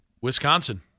Wisconsin